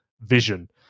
vision